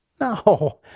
No